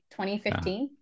2015